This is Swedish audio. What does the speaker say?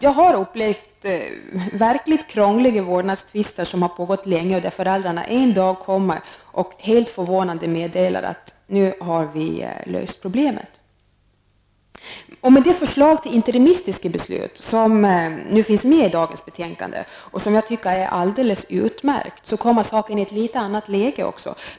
Jag har upplevt verkligt krångliga vårdnadstvister som har pågått länge men där föräldrarna en dag kommer och helt förvånande meddelar att de har löst problemet. Med det förslag till interimistiska beslut som finns med i dagens betänkande och som enligt min uppfattning är alldeles utmärkt kommer saken också i ett litet annat läge.